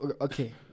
okay